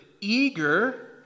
eager